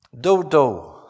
Dodo